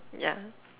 yeah